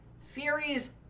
Series